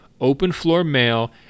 openfloormail